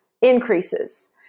increases